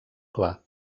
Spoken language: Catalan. clar